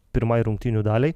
pirmai rungtynių daliai